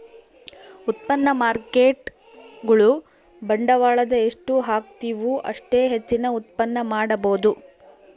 ಉತ್ಪನ್ನ ಮಾರ್ಕೇಟ್ಗುಳು ಬಂಡವಾಳದ ಎಷ್ಟು ಹಾಕ್ತಿವು ಅಷ್ಟೇ ಹೆಚ್ಚಿನ ಉತ್ಪನ್ನ ಮಾಡಬೊದು